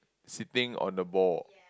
sitting on the ball